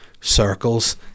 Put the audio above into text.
circles